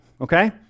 okay